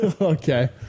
okay